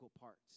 parts